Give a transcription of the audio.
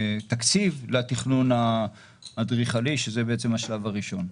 תקציב לתכנון האדריכלי שזה בעצם השלב הראשון.